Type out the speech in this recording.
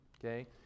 okay